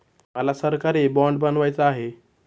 मला सरकारी बाँड बनवायचा आहे